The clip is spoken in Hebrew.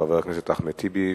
חבר הכנסת אחמד טיבי,